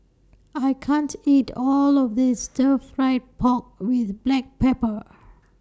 I can't eat All of This Stir Fry Pork with Black Pepper